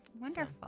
wonderful